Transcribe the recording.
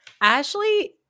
Ashley